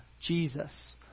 Jesus